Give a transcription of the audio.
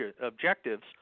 objectives